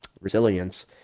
resilience